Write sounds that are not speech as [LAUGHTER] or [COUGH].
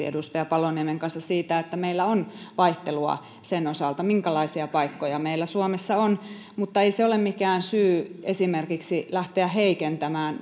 [UNINTELLIGIBLE] edustaja paloniemen kanssa siitä että meillä on vaihtelua sen osalta minkälaisia paikkoja meillä suomessa on mutta ei se ole mikään syy esimerkiksi lähteä heikentämään [UNINTELLIGIBLE]